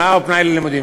הנאה ופנאי ללימודים.